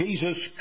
Jesus